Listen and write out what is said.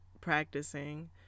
practicing